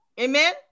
Amen